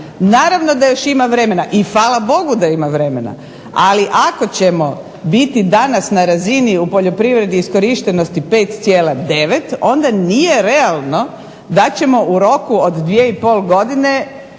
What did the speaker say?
Naravno da još ima vremena i fala Bogu da ima vremena. Ali ako ćemo biti danas na razini u poljoprivredi iskorištenosti 5,9 onda nije realno da ćemo u roku od 2,5 godine